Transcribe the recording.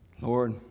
Lord